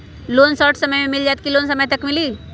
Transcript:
Loan short समय मे मिल जाएत कि लोन समय तक मिली?